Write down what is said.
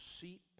seat